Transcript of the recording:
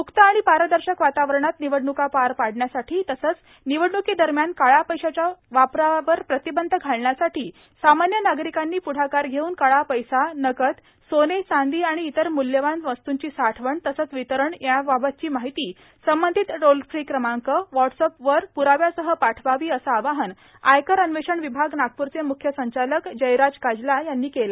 मुक्त आणि पारदर्शक वातावरणात निवडणुका पार पाडण्यासाठी तसंच निवडण्कीदरम्यान काळ्या पैश्याच्या वापर प्रतिबंधसाठी सामान्य नागरिकांनी प्ढाकार घेऊन काळा पैसा नकद सोने चांदी आणि इतर मुल्यवान वस्तुंची साठवण तसंच वितरण यांची माहिती संबंधित टोल फ्रि क्रमांक व्हाट्स अॅप वर प्राव्यासह पाठवावी असं आवाहन आयकर अन्वेषण विभाग नागपूरचे प्रधान संचालक जयराज काजला यांनी केलं